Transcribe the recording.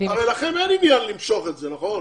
הרי לכם אין עניין למשוך את זה, נכון?